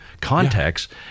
context